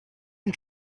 and